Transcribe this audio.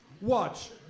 Watch